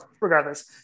regardless